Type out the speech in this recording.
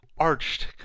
arched